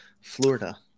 Florida